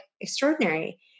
extraordinary